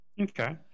okay